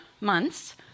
months